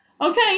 okay